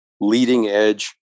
leading-edge